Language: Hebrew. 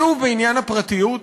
שוב, בעניין הפרטיות,